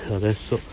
adesso